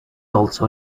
also